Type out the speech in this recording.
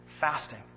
fasting